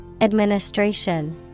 Administration